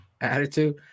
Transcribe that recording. attitude